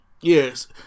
Yes